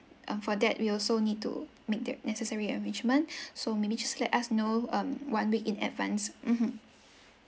um for that we also need to make the necessary arrangement so maybe just let us know um one week in advance mmhmm